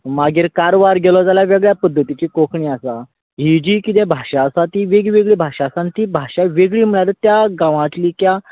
मागीर कारवार गेलो जाल्यार वेगळ्यां पद्दतीची कोंकणी आसा ही जी किदें भाशा आसा ती वेगवेगळीं भाशा आसा आनी ती भाशा वेगळीं म्हणल्यार त्या गांवातली त्या